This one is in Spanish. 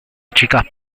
chicas